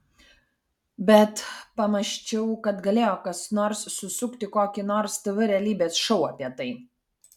bet pamąsčiau kad galėjo kas nors susukti kokį nors tv realybės šou apie tai